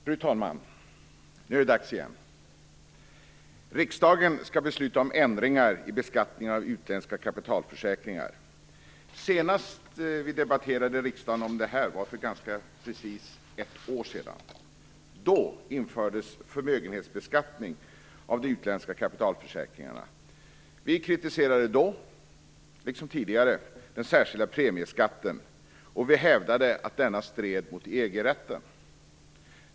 Fru talman! Nu är det dags igen. Riksdagen skall besluta om ändringar i beskattningen av utländska kapitalförsäkringar. Senast vi debatterade detta i riksdagen var för ganska exakt ett år sedan. Då infördes förmögenhetsbeskattning av de utländska kapitalförsäkringarna. Vi kritiserade då liksom tidigare den särskilda premieskatten och hävdade att den stred mot EG-rätten.